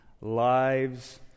lives